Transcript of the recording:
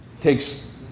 takes